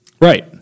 Right